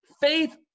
Faith